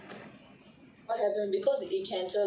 what happen because it cancel they all don't want ah